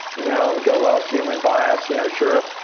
you know go, well, it's human bias, you know, sure.